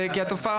כן, אבינועם.